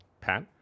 Pat